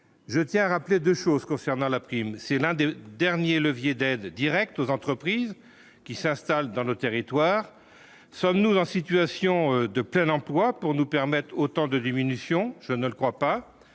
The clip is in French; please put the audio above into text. je tiens à rappeler 2 choses concernant la prime, c'est l'un des derniers leviers d'aides directes aux entreprises qui s'installent dans nos territoires, sommes-nous en situation de plein emploi pour nous permettent autant de diminution, je ne le crois pas,